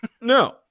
no